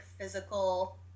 physical